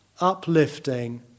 uplifting